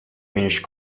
finnish